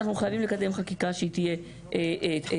אנחנו חייבים לקדם חקיקה שהיא תהיה תואמת